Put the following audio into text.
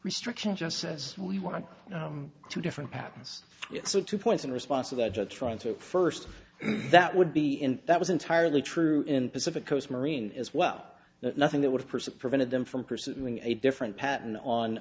restriction just as well you want two different patterns so two points in response to that are trying to first that would be and that was entirely true in pacific coast marine as well nothing that would pursue prevented them from pursuing a different pattern on